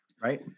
Right